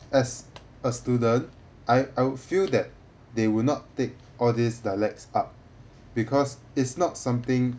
as a student I I would feel that they would not take all these dialects up because it's not something